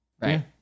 Right